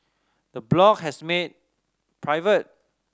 the blog has made private